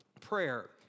prayer